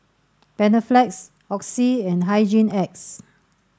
Panaflex Oxy and Hygin X